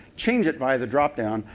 change it by the drop down,